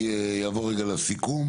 אני אגיד לסיכום